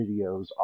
videos